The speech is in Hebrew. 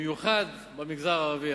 במיוחד במגזר הערבי.